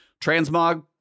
transmog